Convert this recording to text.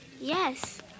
Yes